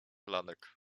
lalek